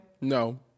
No